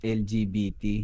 lgbt